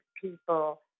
people